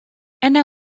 أنا